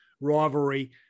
rivalry